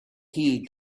heed